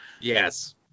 yes